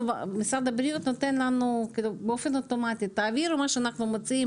משרד הבריאות ביקש מאיתנו להעביר באופן אוטומטי את מה שהוא מציע,